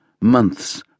months